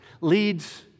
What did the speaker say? leads